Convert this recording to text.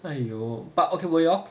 !aiyo! but okay 我 hor